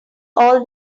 all